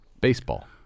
Baseball